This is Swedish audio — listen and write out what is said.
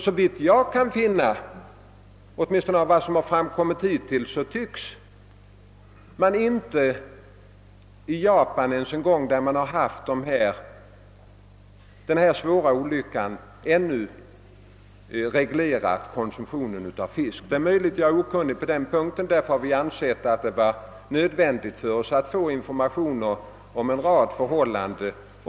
Såvitt vi har kunnat finna — åtminstone av vad som hittills framkommit — har man inte ens i Ja pan, där man haft denna svåra olycka, ännu reglerat konsumtionen av fisk. Det är emellertid möjligt att vi är okunniga på den punkten, och därför har vi ansett det nödvändigt med informationer om en rad förhållanden.